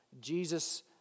Jesus